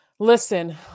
Listen